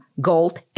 gold